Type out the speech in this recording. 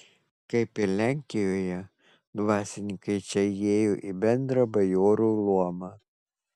kaip ir lenkijoje dvasininkai čia įėjo į bendrą bajorų luomą